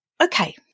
Okay